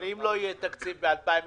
אם לא יהיה תקציב ב-2021